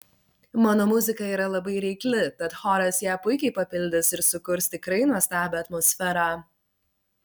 mano muzika yra labai reikli tad choras ją puikiai papildys ir sukurs tikrai nuostabią atmosferą